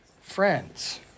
friends